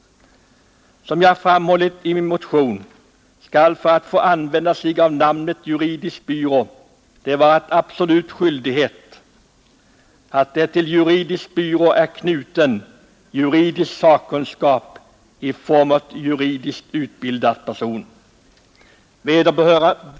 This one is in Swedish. Som jag framhållit i min motion skall ett villkor för att få använda namnet juridisk byrå vara att det till byrån i fråga är knuten juridisk sakkunskap i form av juridiskt utbildad person.